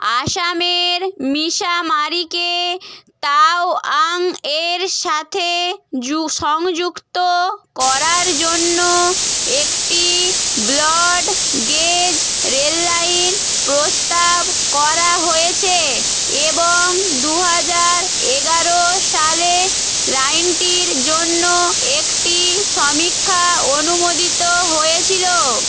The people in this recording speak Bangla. আসামের মিসামারিকে তাওয়াংয়ের সাথে সংযুক্ত করার জন্য একটি ব্রড গেজ রেললাইন প্রস্তাব করা হয়েছে এবং দু হাজার এগারো সালে লাইনটির জন্য একটি সমীক্ষা অনুমোদিত হয়েছিল